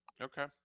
Okay